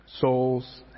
souls